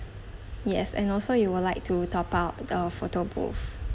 yes and also you will like to top up the photo booth